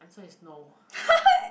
answer is no